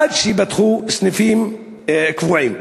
עד שייפתחו סניפים קבועים.